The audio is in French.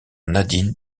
nadine